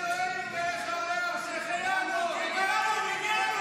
אלוהינו מלך העולם שהחיינו וקיימנו